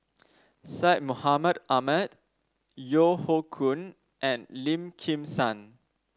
Syed Mohamed Ahmed Yeo Hoe Koon and Lim Kim San